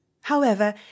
However